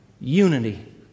Unity